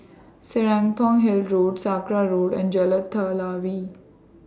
Serapong Hill Road Sakra Road and Jalan Telawi